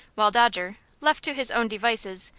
while dodger, left to his own devices,